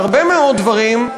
בהרבה מאוד דברים,